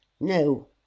No